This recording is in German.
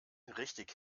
richtig